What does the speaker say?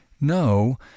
no